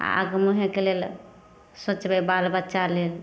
आगू मुँहेके लेल सोचबै बाल बच्चा लेल